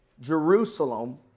Jerusalem